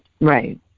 Right